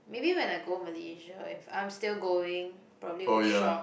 maybe when I go Malaysia if I'm still going probably will shop